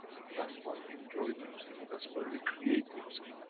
that's why we enjoy music, that's why we create music.